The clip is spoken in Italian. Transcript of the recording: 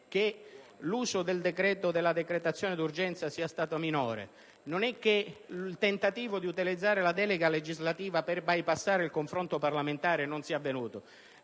legislatura, il ricorso alla decretazione d'urgenza non è stato minore, non è che il tentativo di utilizzare la delega legislativa per bypassare il confronto parlamentare non sia avvenuto